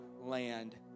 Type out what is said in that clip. land